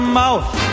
mouth